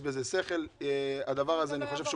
יש בזה שכל, אני חושב שהדבר הזה נכון.